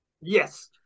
Yes